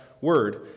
word